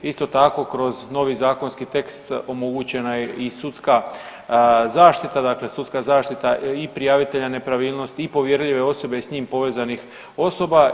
Isto tako kroz novi zakonski tekst omogućena je i sudska zaštita, dakle sudska zaštita i prijavitelja nepravilnosti i povjerljive osobe i s njim povezanih osoba.